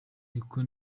niko